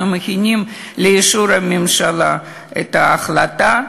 אנחנו מכינים לאישור הממשלה את ההחלטה,